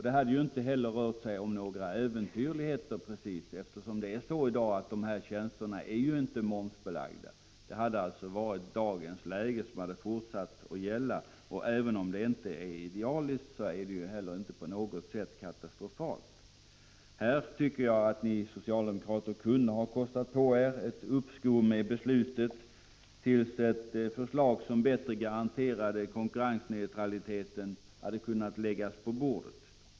Det hade inte precis rört sig om några äventyrligheter, eftersom dessa tjänster inte är momsbelagda för närvarande. Dagens läge hade alltså fortsatt att gälla. Även om det inte är idealiskt, så är det inte heller på något sätt katastrofalt. Jag tycker att ni socialdemokrater här hade kunnat kosta på er ett uppskov med beslutet tills ett förslag som bättre garanterade konkurrensneutraliteten hade kunnat läggas på bordet.